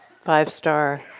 five-star